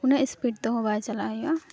ᱩᱱᱟᱹᱜ ᱥᱯᱤᱰ ᱛᱮᱦᱚᱸ ᱵᱟᱭ ᱪᱟᱞᱟᱜ ᱦᱩᱭᱩᱜᱼᱟ